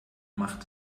macht